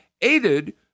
aided –